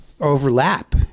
overlap